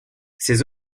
ses